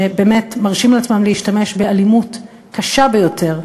שבאמת מרשים לעצמם להשתמש באלימות קשה ביותר.